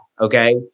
okay